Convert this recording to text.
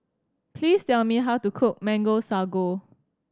please tell me how to cook Mango Sago